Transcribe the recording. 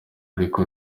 ariko